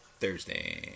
Thursday